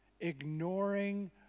ignoring